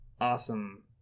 awesome